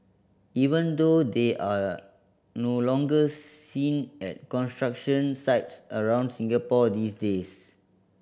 even though they are no longer seen at construction sites around Singapore these days